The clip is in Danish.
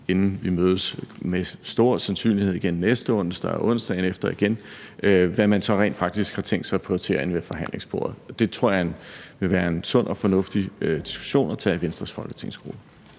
inden vi med stor sandsynlighed mødes igen næste onsdag og onsdagen efter igen, om, hvad man så rent faktisk har tænkt sig at prioritere inde ved forhandlingsbordet. Det tror jeg vil være en sund og fornuftig diskussion at tage i Venstres folketingsgruppe.